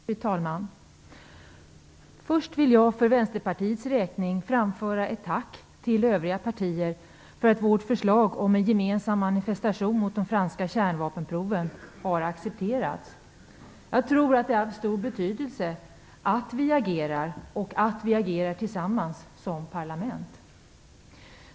Fru talman! Först vill jag för Vänsterpartiets räkning framföra ett tack till övriga partier för att vårt förslag om en gemensam manifestation mot de franska kärnvapenproven har accepterats. Jag tror att det har haft stor betydelse att vi agerar och att vi agerar tillsammans som parlament.